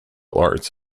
arts